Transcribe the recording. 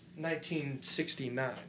1969